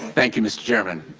thank you, mr. chairman.